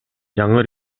жаңы